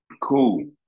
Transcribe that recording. Cool